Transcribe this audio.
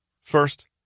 First